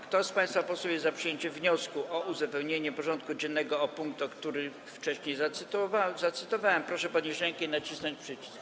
Kto z państwa posłów jest za przyjęciem wniosku o uzupełnienie porządku dziennego o punkt, który wcześniej zacytowałem, proszę podnieść rękę i nacisnąć przycisk.